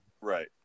right